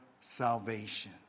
salvation